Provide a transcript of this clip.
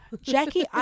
Jackie